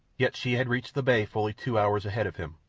yet she had reached the bay fully two hours ahead of him.